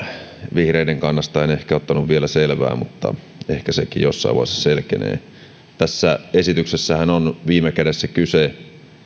vihreiden kannasta en ottanut vielä selvää mutta ehkä sekin jossain vaiheessa selkenee tässä esityksessähän on viime kädessä kyse